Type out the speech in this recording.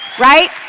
right?